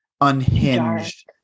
unhinged